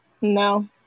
No